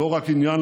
בבקשה, אדוני.